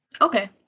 Okay